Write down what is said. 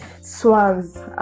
swans